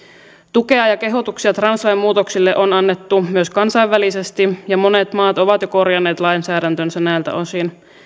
tukea ja kehotuksia translain muutoksille on annettu myös kansainvälisesti ja monet maat ovat jo korjanneet lainsäädäntönsä näiltä osin